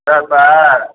sir